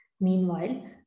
Meanwhile